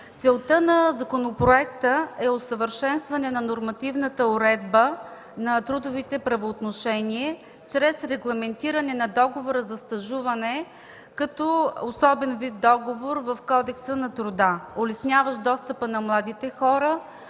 Целта на законопроекта е усъвършенстване на нормативната уредба на трудовите правоотношения чрез регламентиране на Договора за стажуване, като особен вид договор в Кодекса на труда, улесняващ достъпа на младите хора